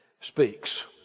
speaks